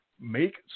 Make